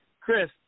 Chris